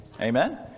Amen